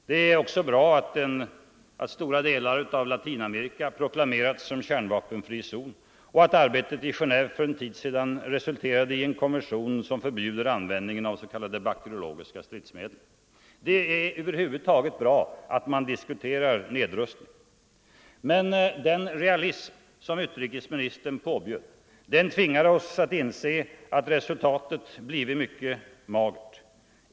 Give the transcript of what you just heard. Det är också bra att stora delar av Latinamerika proklamerats som kärnvapenfri zon och att arbetet i Genéve för en tid sedan resulterade i en konvention som förbjuder användningen av s.k. bakteriologiska stridsmedel. Det är över huvud taget bra att man diskuterar nedrustning. Men den realism som utrikesministern påbjöd tvingar oss inse att resultatet blivit mycket magert.